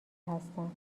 هستند